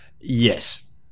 Yes